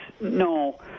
no